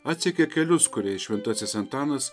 atsekė kelius kuriais šventasis antanas